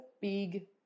big